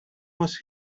was